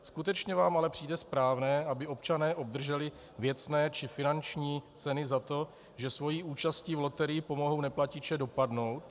Skutečně vám ale přijde správné, aby občané obdrželi věcné či finanční ceny za to, že svojí účastí v loterii pomohou neplatiče dopadnout?